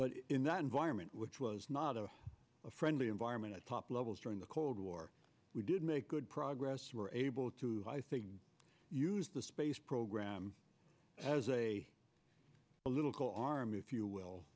but in that environment which was not a friendly environment at top levels during the cold war we did make good progress were able to i think use the space program as a political arm if you will